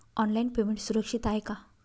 Online payment सुरक्षित आहे का?